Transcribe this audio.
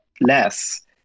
less